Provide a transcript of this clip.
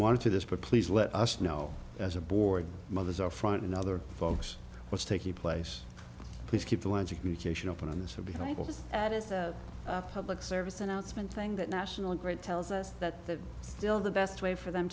monitor this but please let us know as a board mothers are front and other folks what's taking place please keep the lines of communication open on this or behind that is a public service announcement thing that national grid tells us that the still the best way for them